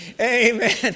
Amen